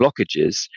blockages